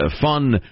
fun